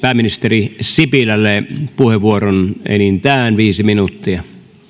pääministeri sipilälle puheenvuoron enintään viisi minuuttia